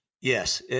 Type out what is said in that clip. Yes